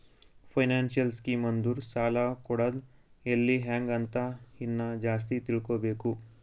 financial scheme ಅಂದುರ್ ಸಾಲ ಕೊಡದ್ ಎಲ್ಲಿ ಹ್ಯಾಂಗ್ ಅಂತ ಇನ್ನಾ ಜಾಸ್ತಿ ತಿಳ್ಕೋಬೇಕು